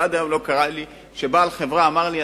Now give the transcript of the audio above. אבל עד היום לא קרה לי שבעל חברה אמר לי,